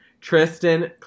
Tristan